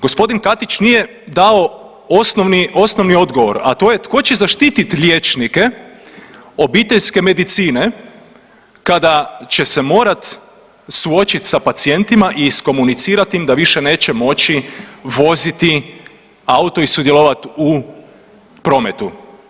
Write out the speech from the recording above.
G. Katić nije dao osnovni odgovor, a to je tko će zaštititi liječnike obiteljske medicine kada će se morati suočiti sa pacijentima i iskomunicirati im da više neće moći voziti auto i sudjelovati u prometu.